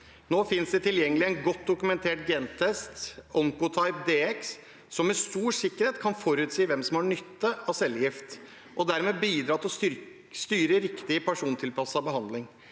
Nå finnes det tilgjengelig en godt dokumentert gentest (Oncotype DX) som med stor sikkerhet kan forutsi hvem som har nytte av cellegift og dermed bidra til å styre riktig (persontilpasset) behandling.